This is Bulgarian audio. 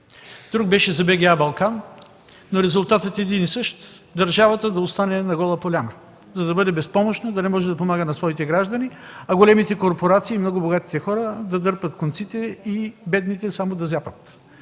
друг беше за БГА „Балкан”, но резултатът е един и същ – държавата да остане на гола поляна, за да бъде безпомощна и да не може да помага на своите граждани. А големите корпорации и много богатите хора да дърпат конците и бедните само да зяпат.